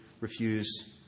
refuse